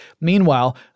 Meanwhile